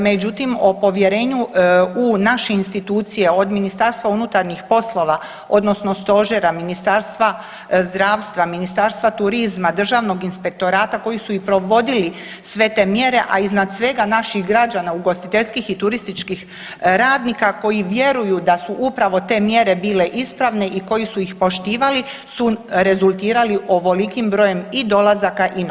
Međutim, o povjerenju u naše institucije od Ministarstva unutarnjih poslova odnosno stožera, Ministarstva zdravstva, Ministarstva turizma, Državnog inspektorata koji su i provodili sve te mjere a iznad svega naših građana ugostiteljskih i turističkih radnika koji vjeruju da su upravo te mjere bile ispravne i koji su ih poštivali su rezultirali ovolikim brojem i dolazaka i noćenja.